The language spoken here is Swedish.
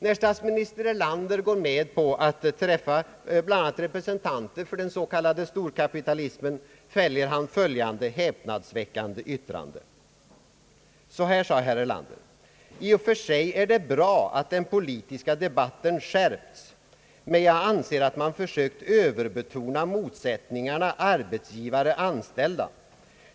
När statsminister Erlander går med på att träffa bl.a. representanter för den s.k. storkapitalismen, fäller han följande häpnadsväckande yttrande: »I och för sig är det bra att den politiska debatten skärpts, men jag anser att man försökt överbetona motsättningarna arbetsgivare—anställda.